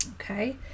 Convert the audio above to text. Okay